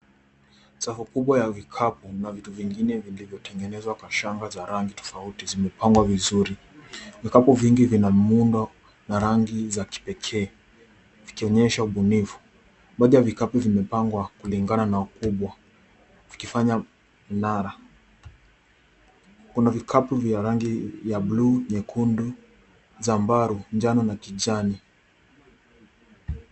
Safu kubwa ya vikapu na vitu vingine vilivyotengenezwa kwa shanga ya rangi tofauti zimepangwa vizuri. Vikapu vingi vina muundo na rangi za kipekee ikionyesha ubunifu. Moja ya vikapu vimepangwa kulingana na ukubwa vikifanya mnara. Kuna vikapu vya rangi ya buluu, nyekundu, zambarau, njano na kijani.